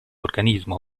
organismo